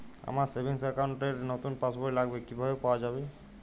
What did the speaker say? আমার savings account র নতুন পাসবই লাগবে, কিভাবে পাওয়া যাবে?